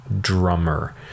drummer